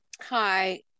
Hi